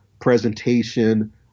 presentation